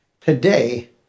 Today